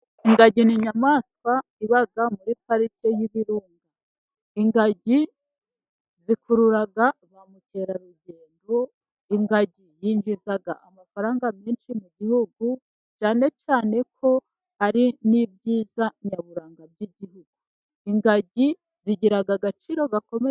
Ingagi ni inyamaswa iba muri Parike y'Ibirunga. Ingagi zikurura ba mukerarugendo, ingagi yinjiza amafaranga menshi mu gihugu, cyane cyane ko ari n'ibyiza nyaburanga by'igihugu. Ingagi igira agaciro gakomeye.